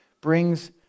brings